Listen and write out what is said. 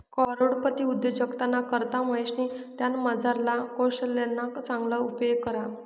करोडपती उद्योजकताना करता महेशनी त्यानामझारला कोशल्यना चांगला उपेग करा